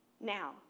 Now